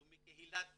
הוא מקהילת קוצ'ין.